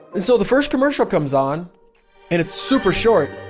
and so, the first commercial comes on and it's super short.